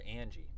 Angie